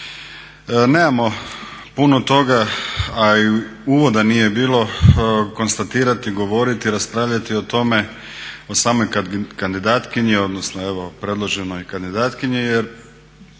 Nemamo puno toga, a i uvoda nije bilo konstatirati, govoriti, raspravljati o tome, o samoj kandidatkinji, odnosno evo predloženoj kandidatkinji jer